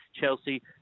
Chelsea